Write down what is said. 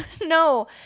No